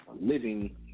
living